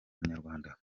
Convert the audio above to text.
umunyarwanda